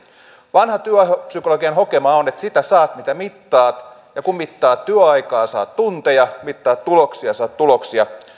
vanha työpsykologian hokema on sitä saat mitä mittaat kun mittaat työaikaa saat tunteja ja kun mittaat tuloksia saat tuloksia